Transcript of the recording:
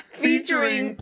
featuring